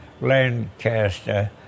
Lancaster